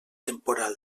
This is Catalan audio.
temporal